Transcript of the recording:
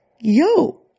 yo